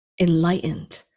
enlightened